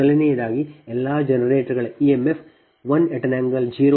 ಮೊದಲನೆಯದಾಗಿ ಎಲ್ಲಾ ಜನರೇಟರ್ಗಳ ಇಎಮ್ಎಫ್ 1∠0p